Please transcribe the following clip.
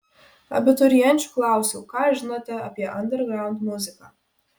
abiturienčių klausiau ką žinote apie andergraund muziką